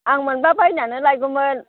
आं मोनब्ला बायनानै लायगौमोन